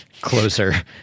closer